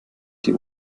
die